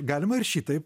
galima ir šitaip